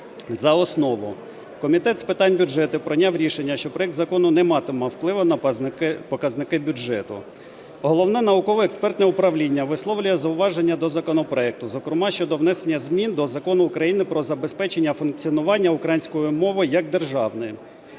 за основу. Комітет з питань бюджету прийняв рішення, що проект закону не матиме впливу на показники бюджету. Головне науково-експертне управління висловлює зауваження до законопроекту, зокрема щодо внесення змін до Закону України "Про забезпечення функціонування української мови як державної".